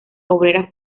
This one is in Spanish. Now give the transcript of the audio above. obreras